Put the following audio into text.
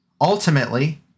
Ultimately